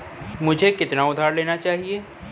मुझे कितना उधार लेना चाहिए?